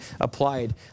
applied